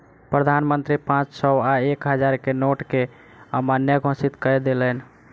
प्रधान मंत्री पांच सौ आ एक हजार के नोट के अमान्य घोषित कय देलैन